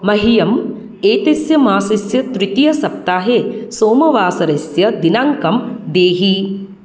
मह्यम् एतस्य मासस्य तृतीयसप्ताहे सोमवासरस्य दिनाङ्कं देहि